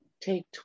take